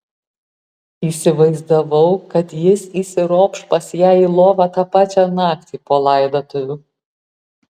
įsivaizdavau kad jis įsiropš pas ją į lovą tą pačią naktį po laidotuvių